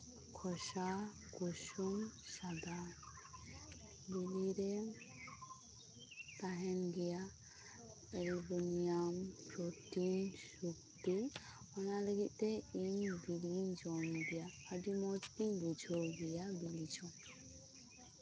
ᱠᱷᱚᱥᱟ ᱠᱩᱥᱩᱢ ᱥᱟᱫᱟ ᱵᱤᱞᱤᱨᱮ ᱛᱟᱦᱮᱱ ᱜᱮᱭᱟ ᱮᱞᱵᱩᱱᱤᱭᱟᱢ ᱯᱨᱚᱴᱤᱱ ᱥᱚᱠᱛᱤ ᱚᱱᱟ ᱞᱟᱹᱜᱤᱫ ᱛᱮ ᱤᱧ ᱵᱤᱞᱤᱧ ᱡᱚᱢᱜᱮᱭᱟ ᱟᱹᱰᱤ ᱢᱚᱪᱜᱮᱧ ᱵᱩᱡᱷᱟᱹᱣ ᱜᱮᱭᱟ ᱵᱤᱞᱤ ᱡᱚᱢ